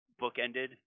bookended